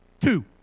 Two